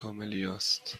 کاملیاست